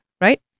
Right